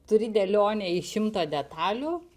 turi dėlionę į šimtą detalių